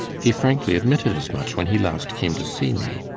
he frankly admitted as much when he last came to see me.